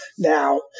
Now